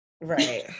Right